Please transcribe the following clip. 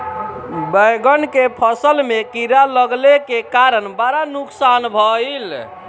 बैंगन के फसल में कीड़ा लगले के कारण बड़ा नुकसान भइल